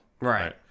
right